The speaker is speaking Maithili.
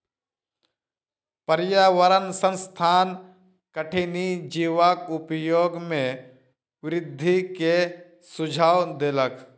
पर्यावरण संस्थान कठिनी जीवक उपयोग में वृद्धि के सुझाव देलक